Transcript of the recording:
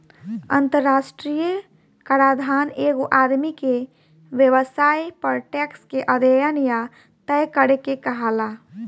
अंतरराष्ट्रीय कराधान एगो आदमी के व्यवसाय पर टैक्स के अध्यन या तय करे के कहाला